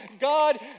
God